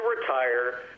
retire